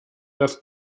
das